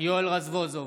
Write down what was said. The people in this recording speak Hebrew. יואל רזבוזוב,